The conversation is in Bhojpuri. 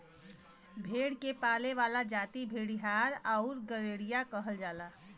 भेड़ के पाले वाला जाति भेड़ीहार आउर गड़ेरिया कहल जाला